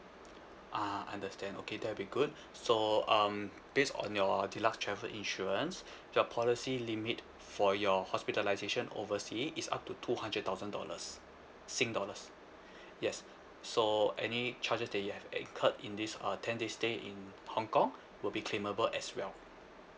ah understand okay that'll be good so um based on your deluxe travel insurance your policy limit for your hospitalisation oversea is up to two hundred thousand dollars sing dollars yes so any charges that you have incurred in this uh ten days stay in hong kong will be claimable as well